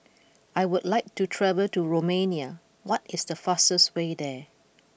I would like to travel to Romania what is the fastest way there